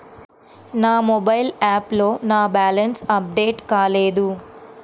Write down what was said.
నా మొబైల్ యాప్లో నా బ్యాలెన్స్ అప్డేట్ కాలేదు